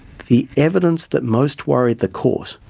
the evidence that most worried the court,